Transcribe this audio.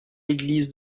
église